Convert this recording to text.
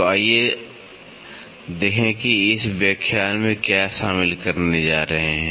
तो आइए देखें कि हम इस व्याख्यान में क्या शामिल करने जा रहे हैं